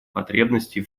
потребностей